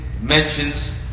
mentions